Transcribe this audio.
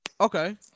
okay